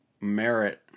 merit